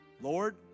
Lord